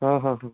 ହଁ ହଁ ହଁ